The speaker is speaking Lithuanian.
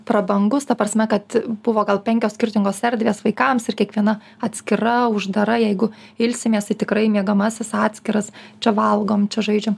prabangus ta prasme kad buvo gal penkios skirtingos erdvės vaikams ir kiekviena atskira uždara jeigu ilsimės tai tikrai miegamasis atskiras čia valgom čia žaidžia